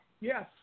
Yes